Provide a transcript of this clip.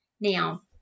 Now